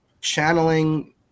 Channeling